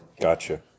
Gotcha